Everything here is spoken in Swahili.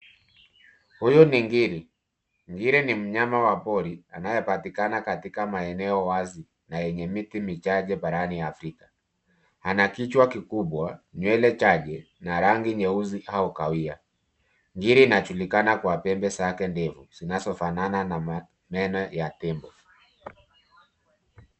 Huyu ni ngiri. Ngiri ni mnyama wa pori anayepatikana katika maeneo wazi na yenye miti michache barani Afrika. Ana kichwa kikubwa, nywele chache na rangi nyeusi au kahawia. Ngiri inajulikana kwa pembe zake ndefu zinazofanana na meno ya tembo.